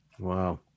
Wow